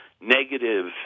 negative